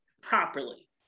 properly